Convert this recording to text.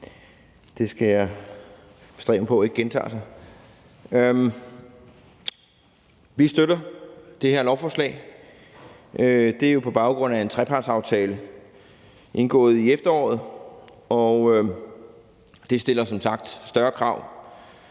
Det skal jeg bestræbe mig på ikke gentager sig. Vi støtter det her lovforslag. Det er jo på baggrund af en trepartsaftale indgået i efteråret, og det stiller som sagt større krav